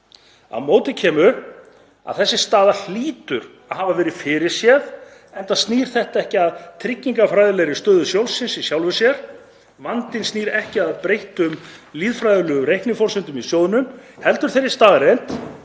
Á móti kemur að þessi staða hlýtur að hafa átt að vera fyrirséð, enda snýr þetta ekki að tryggingafræðilegri stöðu sjóðsins í sjálfu sér. Vandinn snýr ekki að breyttum lýðfræðilegum reikniforsendum í sjóðnum heldur þeirri staðreynd